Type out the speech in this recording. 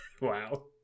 Wow